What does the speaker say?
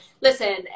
Listen